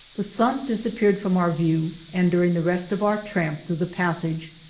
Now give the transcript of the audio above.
the sun disappeared from our view, and during the rest of our tramp through the passage,